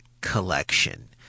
collection